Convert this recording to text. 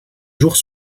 jours